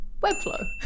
Webflow